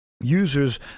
users